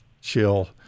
chill